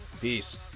Peace